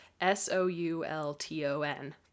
S-O-U-L-T-O-N